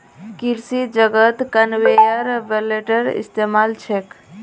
कृषि जगतत कन्वेयर बेल्टेर इस्तमाल छेक